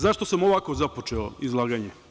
Zašto sam ovako započeo izlaganje?